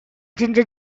ginger